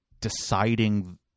deciding